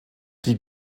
die